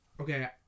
okay